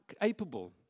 capable